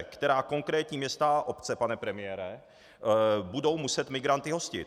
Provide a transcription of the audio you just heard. Která konkrétní města a obce, pane premiére, budou muset migranty hostit?